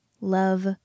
love